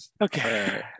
Okay